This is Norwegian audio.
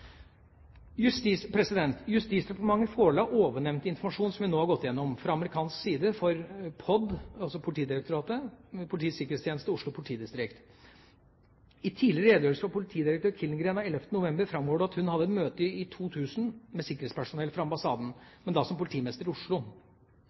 Justisdepartementet forela ovennevnte informasjon, som vi nå har gått igjennom, fra amerikansk side for POD, altså Politidirektoratet, Politiets sikkerhetstjeneste og Oslo politidistrikt. I tidligere redegjørelse fra politidirektør Killengreen av 11. november framgår det at hun hadde et møte i 2000 med sikkerhetspersonell fra ambassaden,